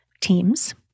teams